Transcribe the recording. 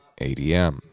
ADM